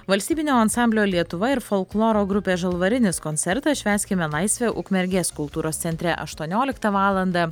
valstybinio ansamblio lietuva ir folkloro grupė žalvarinis koncertas švęskime laisvę ukmergės kultūros centre aštuonioliktą valandą